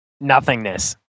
nothingness